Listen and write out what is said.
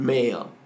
Male